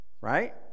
Right